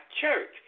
church